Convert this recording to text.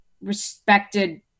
respected